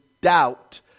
Doubt